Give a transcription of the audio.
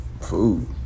food